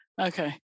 Okay